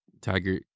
Tiger